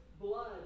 blood